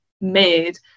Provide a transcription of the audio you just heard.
made